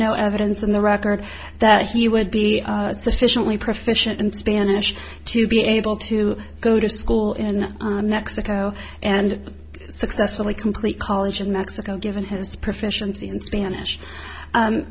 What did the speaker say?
no evidence in the record that he would be sufficiently proficient in spanish to be able to go to school in mexico and successfully complete college in mexico given his proficiency